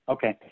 Okay